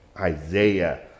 Isaiah